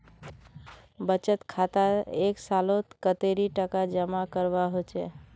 बचत खातात एक सालोत कतेरी टका जमा करवा होचए?